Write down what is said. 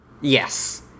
Yes